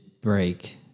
break